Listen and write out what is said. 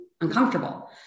uncomfortable